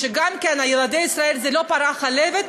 וגם שילדי ישראל הם לא פרה חולבת,